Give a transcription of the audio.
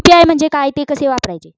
UPI म्हणजे काय, ते कसे वापरायचे?